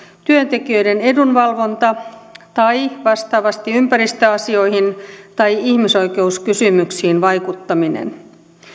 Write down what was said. työntekijöiden edunvalvonta tai vastaavasti ympäristöasioihin tai ihmisoikeuskysymyksiin vaikuttaminen